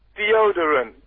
Deodorant